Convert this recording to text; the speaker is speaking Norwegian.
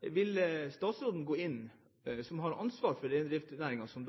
Vil statsråden, som har ansvar for reindriftsnæringen som